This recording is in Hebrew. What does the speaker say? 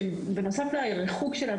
שבנוסף לריחוק שלנו,